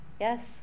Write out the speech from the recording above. Yes